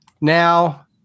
now